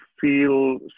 feel